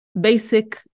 basic